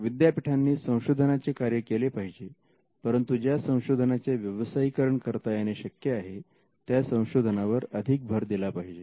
विद्यापीठांनी संशोधनाचे कार्य केले पाहिजे परंतु ज्या संशोधनाचे व्यवसायीकरण करता येणे शक्य आहे त्या संशोधना वर अधिक भर दिला पाहिजे